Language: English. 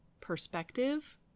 perspective